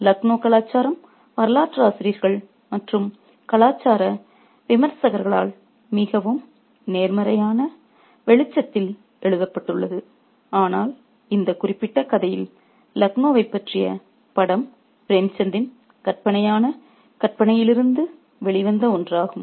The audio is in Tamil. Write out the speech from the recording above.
லக்னோய் கலாச்சாரம் வரலாற்றாசிரியர்கள் மற்றும் கலாச்சார விமர்சகர்களால் மிகவும் நேர்மறையான வெளிச்சத்தில் எழுதப்பட்டுள்ளது ஆனால் இந்த குறிப்பிட்ட கதையில் லக்னோவைப் பற்றிய படம் பிரேம்சந்தின் கற்பனையான கற்பனையிலிருந்து வெளிவந்த ஒன்றாகும்